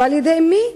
ועל-ידי מי?